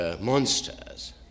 monsters